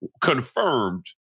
confirmed